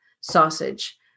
sausage